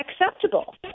acceptable